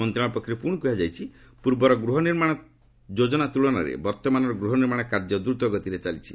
ମନ୍ତ୍ରଣାଳୟ ପକ୍ଷରୁ ପୁଣି କୁହାଯାଇଛି ଯେ ପୂର୍ବ ଗୃହ ନିର୍ମାଣ ଯୋଜନା ତୁଳନାରେ ବର୍ତ୍ତମାନର ଗୂହନିର୍ମାଣ କାର୍ଯ୍ୟ ଦୂତଗତିରେ ଚାଲିଛି